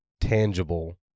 tangible